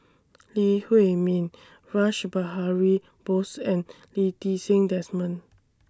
Lee Huei Min Rash Behari Bose and Lee Ti Seng Desmond